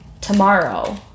tomorrow